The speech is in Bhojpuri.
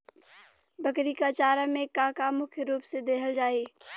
बकरी क चारा में का का मुख्य रूप से देहल जाई?